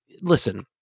listen